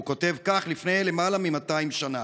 הוא כותב כך, לפני למעלה מ-200 שנה: